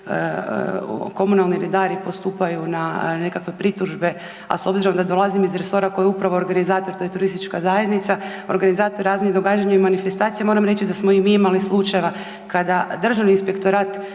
komunalni redari postupaju na nekakve pritužbe, a s obzirom da dolazim iz resora koji je upravo organizator to je turistička zajednica, organizator raznih događanja i manifestacija moram reći da smo i mi imali slučajeva kada Državni inspektorat,